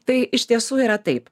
tai iš tiesų yra taip